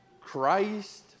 Christ